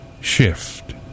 shift